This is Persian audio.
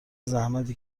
زحمتی